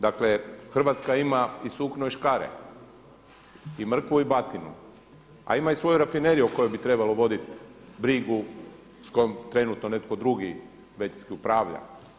Dakle, Hrvatska ima i sukno i škare i mrkvu i batinu a ima i svoju rafineriju o kojoj bi trebalo voditi brigu s kojom trenutno netko drugi većinski upravlja.